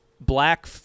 Black